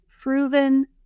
proven